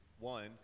One